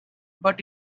but